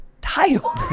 Title